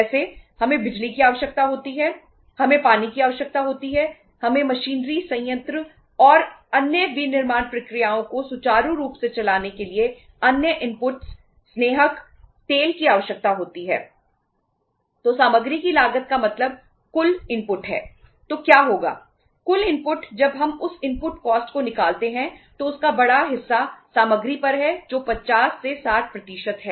जैसे हमें बिजली की आवश्यकता होती है हमें पानी की आवश्यकता होती है हमें मशीनरी संयंत्र और अन्य विनिर्माण प्रक्रियाओं को सुचारू रूप से चलने के लिए अन्य इनपुट्स को निकालते हैं तो उसका बड़ा हिस्सा सामग्री पर है जो 50 60 है